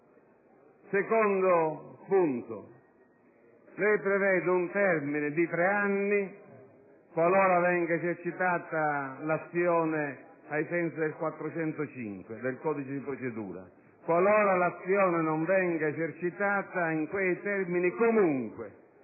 Secondo punto. Lei prevede un termine di tre anni qualora venga esercitata l'azione ai sensi dell'articolo 405 del codice di procedura penale. Qualora l'azione non venga esercitata in quei termini, comunque